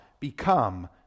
become